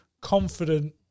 confident